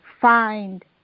find